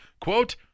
quote